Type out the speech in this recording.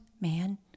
man